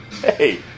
Hey